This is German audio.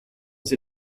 sie